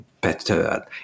better